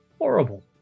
Horrible